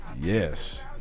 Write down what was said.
Yes